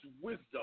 wisdom